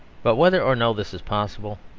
but whether or no this is possible,